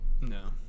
No